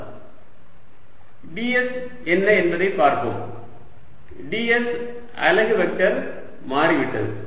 r ss zz r dr s ds s ds or ss zz dl ss sdsdss zdz dzz ds என்ன என்பதை பார்ப்போம் ds அலகு vector மாறிவிட்டது